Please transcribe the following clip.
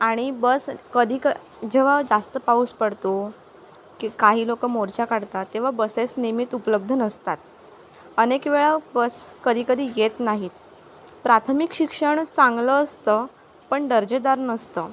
आणि बस कधीक जेव्हा जास्त पाऊस पडतो की काही लोक मोर्चा काढतात तेव्हा बसेस नेहमीत उपलब्ध नसतात अनेक वेळा बस कधीकधी येत नाही प्राथमिक शिक्षण चांगलं असतं पण दर्जेदार नसतं